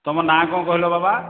ତୁମ ନାଁ କ'ଣ କହିଲା ବାବା